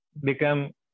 become